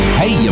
hey